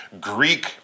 Greek